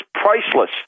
priceless